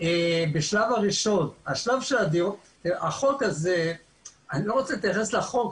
אני לא רוצה להתייחס לחוק,